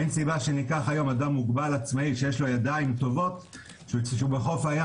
אין סיבה שניקח אדם עצמאי שיש לו ידיים טובות שהוא בחוף הים